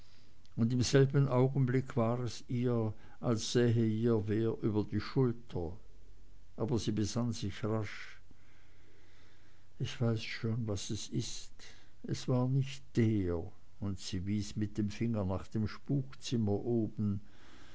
und im selben augenblick war es ihr als sähe ihr wer über die schulter aber sie besann sich rasch ich weiß schon was es ist es war nicht der und sie wies mit dem finger nach dem spukzimmer oben